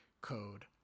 code